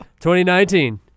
2019